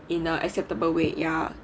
in a acceptable weight ya